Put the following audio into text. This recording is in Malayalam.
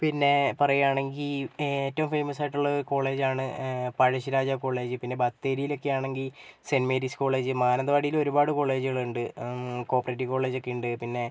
പിന്നെ പറയുവാണെങ്കിൽ ഏറ്റോം ഫേമസായിട്ടുള്ള കോളേജ് ആണ് പഴശ്ശിരാജാ കോളേജ് പിന്നെ ബത്തേരിയിലൊക്കെയാണെങ്കിൽ സെൻറ്റ് മേരീസ് കോളേജ് മാനന്തവാടിയിലൊരുപാട് കോളേജുകളുണ്ട് കോ ഓപ്പറേറ്റീവ് കോളേജുകളൊക്കെ ഉണ്ട് പിന്നെ